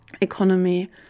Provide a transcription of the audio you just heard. economy